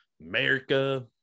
america